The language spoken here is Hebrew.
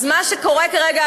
אז מה שקורה כרגע,